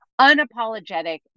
unapologetic